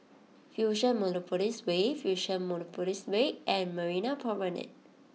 Fusionopolis Way Fusionopolis Way and Marina Promenade